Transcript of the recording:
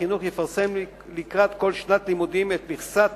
החינוך יפרסם לקראת כל שנת לימודים את מכסת